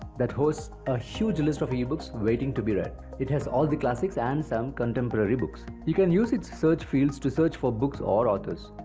that hosts a huge list of ebooks waiting to be read. it has all the classics, and some contemporary books. you can use its search fields to search for books or authors.